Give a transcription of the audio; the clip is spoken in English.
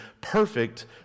perfect